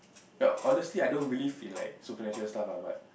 but honestly I don't believe in like supernatural stuff ah but